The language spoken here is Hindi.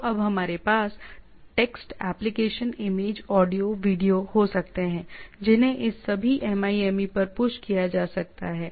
तो अब हमारे पास text application image audio video हो सकते हैं जिन्हें इस सभी MIME पर पुश किया जा सकता है